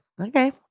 okay